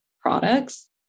products